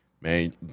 man